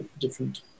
different